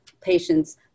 patients